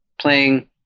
playing